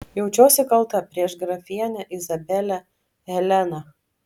jaučiuosi kalta prieš grafienę izabelę heleną